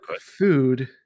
food